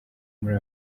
muri